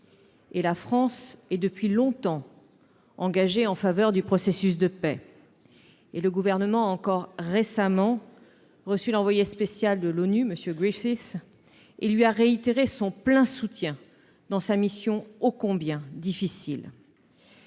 la France est depuis longtemps engagée en faveur du processus de paix et le gouvernement encore récemment reçu l'envoyé spécial de l'ONU Monsieur Greenpeace et lui a réitéré son plein soutien dans sa mission ô combien difficile.